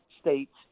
states